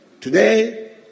Today